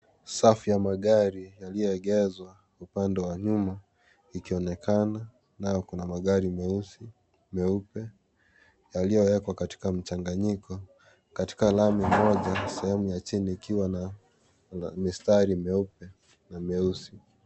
Safu ya magari yaliyoegezwa upande wa nyuma ikionekana na kuna magari meusi, meupe yaliyoekwa katika mchanganyiko katika lami moja sehemu ya chini ikiwa na mistari meupe na meusi.